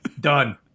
done